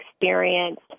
experience